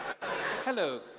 hello